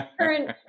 current